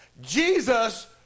Jesus